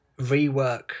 rework